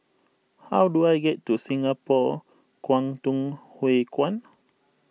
how do I get to Singapore Kwangtung Hui Kuan